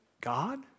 God